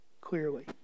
clearly